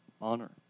honor